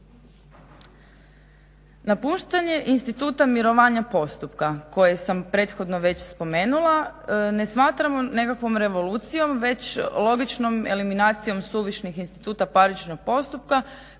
Napuštanje instituta mirovanja postupka koje sam prethodno već spomenula ne smatram nekakvom revolucijom već logičnom eliminacijom suvišnih instituta parničnog postupka